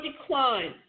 decline